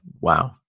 Wow